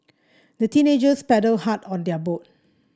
the teenagers paddled hard on their boat